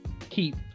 keep